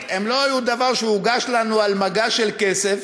לא היו דבר שהוגש לנו על מגש של כסף,